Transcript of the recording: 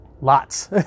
lots